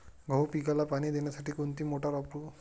गहू पिकाला पाणी देण्यासाठी कोणती मोटार वापरू?